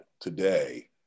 today